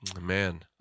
man